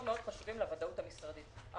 התיקונים האלה מאוד חשובים לוודאות המשרדית.